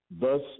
thus